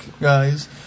guys